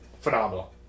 phenomenal